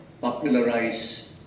popularize